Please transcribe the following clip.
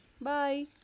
Bye